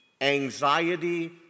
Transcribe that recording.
Anxiety